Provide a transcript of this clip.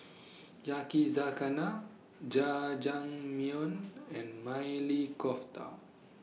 Yakizakana Jajangmyeon and Maili Kofta